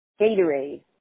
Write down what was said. Gatorade